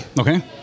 okay